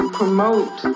promote